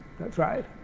that's right.